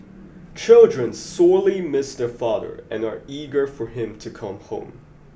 children sorely miss their father and are eager for him to come home